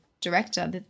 director